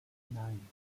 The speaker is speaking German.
nein